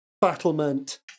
battlement